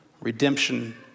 redemption